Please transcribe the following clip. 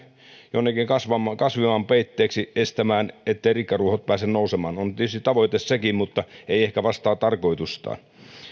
jonnekin kasvimaan peitteeksi estämään etteivät rikkaruohot pääse nousemaan on tietysti tavoite sekin mutta ei ehkä vastaa tarkoitustaan